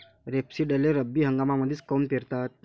रेपसीडले रब्बी हंगामामंदीच काऊन पेरतात?